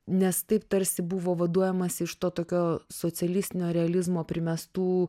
nes taip tarsi buvo vaduojamasi iš to tokio socialistinio realizmo primestų